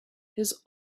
his